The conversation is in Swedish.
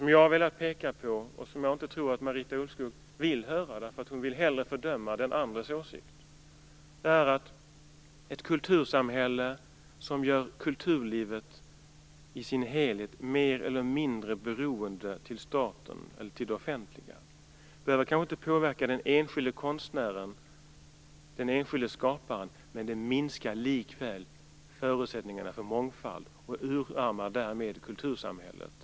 Jag har velat peka på att ett kultursamhälle som gör kulturlivet som helhet mer eller mindre beroende av staten eller det offentliga kanske inte behöver påverka den enskilde konstnären - den enskilde skaparen - men det minskar likväl förutsättningarna för mångfald och urarmar därmed kultursamhället.